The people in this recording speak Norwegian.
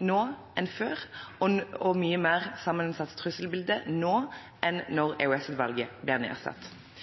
nå enn før, og et mye mer sammensatt trusselbilde nå enn da EOS-utvalget ble nedsatt.